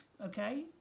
okay